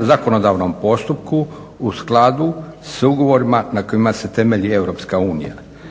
zakonodavnom postupku u skladu s ugovorima na kojima se temelji Europska unija.